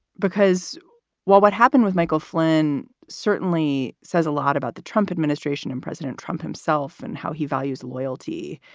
because while what happened with michael flynn certainly says a lot about the trump administration and president trump himself and how he values loyalty,